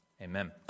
amen